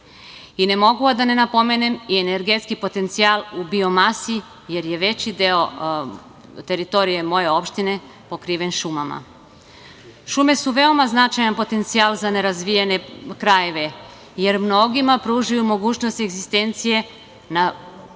mogu a da ne napomenem i energetski potencijal u biomasi, jer je veći deo teritorije moje opštine pokriven šumama. Šume su veoma značajan potencijal za nerazvijene krajeve, jer mnogima pružaju mogućnost egzistencije u